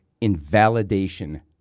invalidation